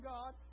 God